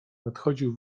nadchodził